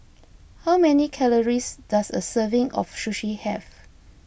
how many calories does a serving of Sushi have